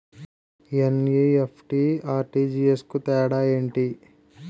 NEFT, RTGS కు తేడా ఏంటి?